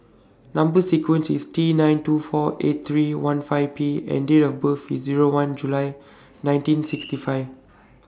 Number sequence IS T nine two four eight three one five P and Date of birth IS Zero one July nineteen sixty five